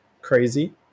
crazy